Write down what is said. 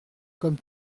comme